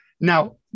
Now